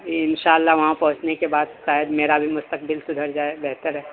جی انشاء اللہ وہاں پہنچنے کے بعد شاید میرا بھی مستقبل سدھر جائے بہتر ہے